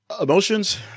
emotions